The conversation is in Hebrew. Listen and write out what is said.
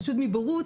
פשוט מבורות,